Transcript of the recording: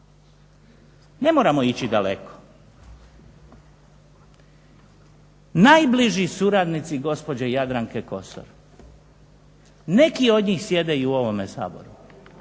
Ne moramo ići daleko. Najbliži suradnici gospođe Jadranke Kosor neki od njih sjede i u ovom Saboru